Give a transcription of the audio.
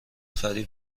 فریب